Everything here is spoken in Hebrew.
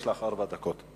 יש לך ארבע דקות.